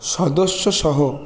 সদস্যসহ